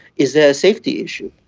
is the safety issue.